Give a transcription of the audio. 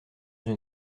une